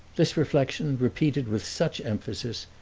this reflection, repeated with such emphasis,